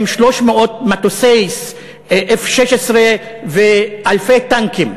עם 300 מטוסי F-16 ואלפי טנקים.